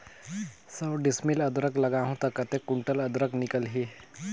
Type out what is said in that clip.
सौ डिसमिल अदरक लगाहूं ता कतेक कुंटल अदरक निकल ही?